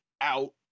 out